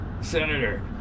Senator